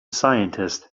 scientist